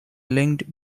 linked